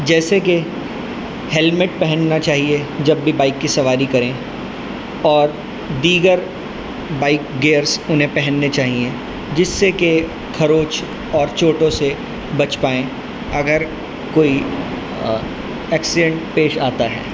جیسے کہ ہیلمیٹ پہننا چاہیے جب بھی بائک کی سواری کریں اور دیگر بائک گیئرس انہیں پہننے چاہیں جس سے کہ کھروچ اور چوٹوں سے بچ پائیں اگر کوئی ایکسیڈینٹ پیش آتا ہے